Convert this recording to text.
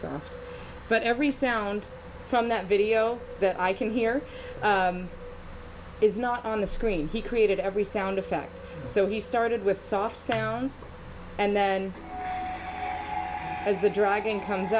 soft but every sound from that video that i can hear is not on the screen he created every sound effect so he started with soft sounds and then as the dragon comes